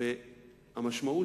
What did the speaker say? והמשמעות,